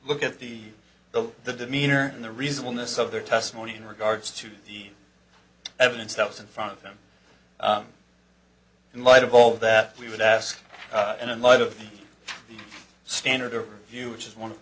look at the the the demeanor and the reason this of their testimony in regards to the evidence that was in front of them in light of all that we would ask and in light of the standard of view which is one of